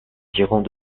tirant